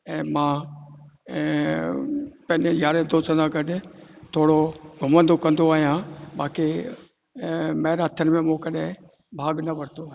ऐं मां ऐं पंहिंजे यारनि दोस्तनि सां गॾु थोरो घुमंदो कंदो आहियां मूंखे मैराथन में मूं कॾहिं भाग न वरितो आहे